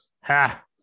ha